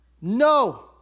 No